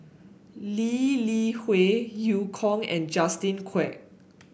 Lee Li Hui Eu Kong and Justin Quek